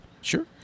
Sure